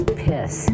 piss